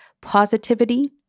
positivity